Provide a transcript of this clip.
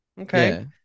Okay